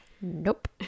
Nope